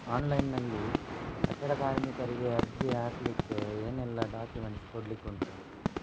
Online ನಲ್ಲಿ ಕಟ್ಟಡ ಕಾರ್ಮಿಕರಿಗೆ ಅರ್ಜಿ ಹಾಕ್ಲಿಕ್ಕೆ ಏನೆಲ್ಲಾ ಡಾಕ್ಯುಮೆಂಟ್ಸ್ ಕೊಡ್ಲಿಕುಂಟು?